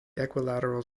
equilateral